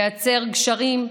לייצר גשרים,